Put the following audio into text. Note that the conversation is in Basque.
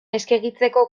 eskegitzeko